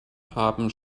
haben